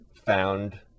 found